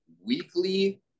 weekly